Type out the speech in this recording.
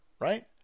Right